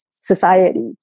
society